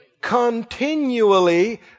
Continually